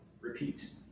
repeat